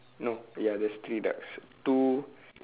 no ya there's three ducks two